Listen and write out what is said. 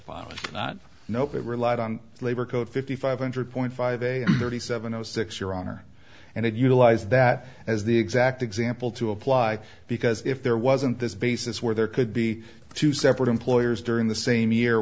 upon nope it relied on labor code fifty five hundred point five a thirty seven zero six your honor and utilize that as the exact example to apply because if there wasn't this basis where there could be two separate employers during the same year